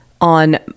on